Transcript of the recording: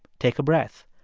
take a breath,